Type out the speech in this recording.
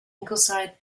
ingleside